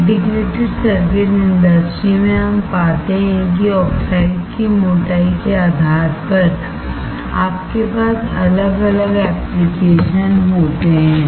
integrated circuit industry में हम पाते हैं कि ऑक्साइड की मोटाई के आधार पर आपके पास अलग अलग एप्लिकेशन होते हैं